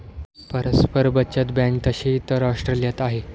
परस्पर बचत बँक तशी तर ऑस्ट्रेलियात आहे